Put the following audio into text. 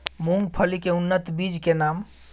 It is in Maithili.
मूंगफली के उन्नत बीज के नाम?